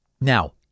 Now